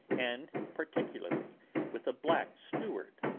and particularly with a black steward,